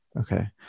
Okay